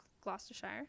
Gloucestershire